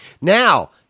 Now